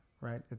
right